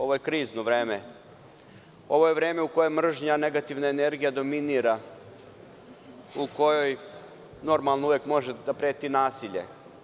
Ovo je krizno vreme, ovo je vreme u kojem mržnja i negativna energija dominira u kome normalno uvek može da preti nasilje.